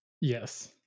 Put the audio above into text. Yes